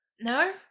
No